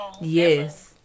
yes